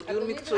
הוא דיון מקצועי.